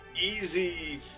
easy